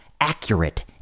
accurate